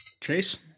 Chase